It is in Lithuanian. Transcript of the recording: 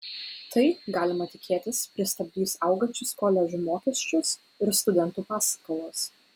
tai galima tikėtis pristabdys augančius koledžų mokesčius ir studentų paskolas